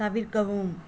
தவிர்க்கவும்